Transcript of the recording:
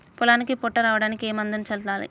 పొలానికి పొట్ట రావడానికి ఏ మందును చల్లాలి?